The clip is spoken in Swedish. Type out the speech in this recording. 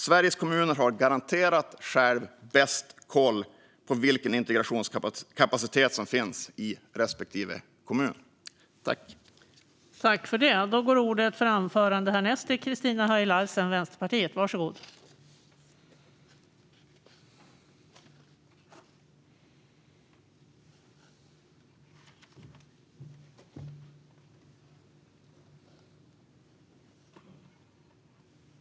Sveriges kommuner har garanterat själva bäst koll på vilken integrationskapacitet som finns i respektive kommun.